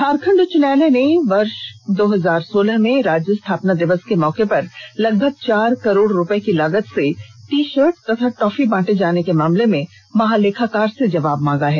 झारखंड उच्च न्यायालय ने वर्ष दो हजार सोलह में राज्य स्थापना दिवस के मौके पर लगभग चार करोड रुपए की लागत से टी शर्ट तथा टॉफी बांटे जाने के मामले में महालेखाकार से जवाब मांगा है